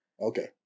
Okay